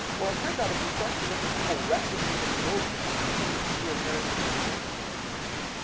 well, it turns out if you start to look at the whole recipe that builds us you see a very general set of observations.